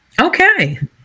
Okay